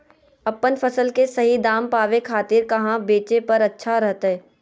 अपन फसल के सही दाम पावे खातिर कहां बेचे पर अच्छा रहतय?